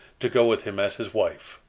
to go with him as his wife.